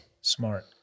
Smart